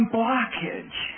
blockage